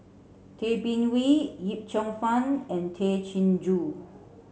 Tay Bin Wee Yip Cheong Fun and Tay Chin Joo